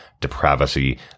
depravity